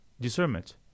Discernment